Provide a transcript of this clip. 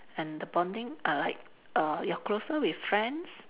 and the bonding err like err you're closer with friends